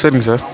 சரிங்க சார்